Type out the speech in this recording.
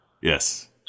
Yes